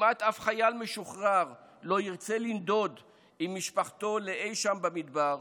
וכמעט אף חייל משוחרר לא ירצה לנדוד עם משפחתו לאי שם במדבר.